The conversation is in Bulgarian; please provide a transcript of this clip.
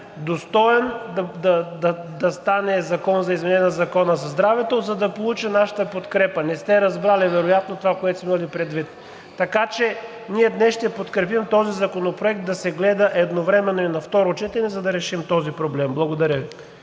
достоен да стане Закон за изменение на Закона за здравето, за да получи нашата подкрепа. Не сте разбрали вероятно това, което сме имали предвид. Така че ние днес ще подкрепим този законопроект да се гледа едновременно и на второ четене, за да решим този проблем. Благодаря Ви.